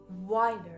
wider